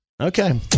Okay